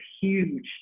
huge